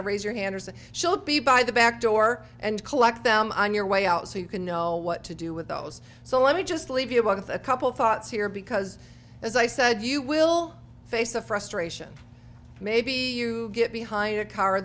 to raise your hands and she'll be by the back door and collect them on your way out so you can know what to do with those so let me just leave you with a couple of thoughts here because as i said you will face a frustration maybe you get behind a car